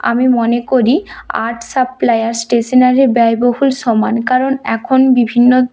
আমি মনে করি আর্ট সাপ্লাই আর স্টেশনারি ব্যয়বহুল সমান কারণ এখন বিভিন্ন